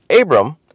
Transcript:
Abram